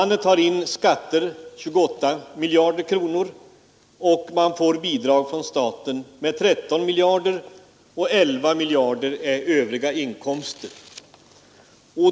Man tar in i skatter 28 miljarder kronor, man får bidrag från staten med 13 miljarder och 11 miljarder är övriga inkomster.